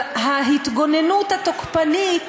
אבל ההתגוננות התוקפנית,